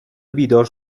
بیدار